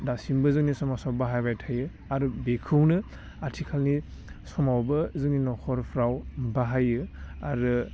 दासिमबो जोंनि समाजाव बाहायबाय थायो आरो बेखौनो आथिखालनि समावबो जोंनि नखरफ्राव बाहायो आरो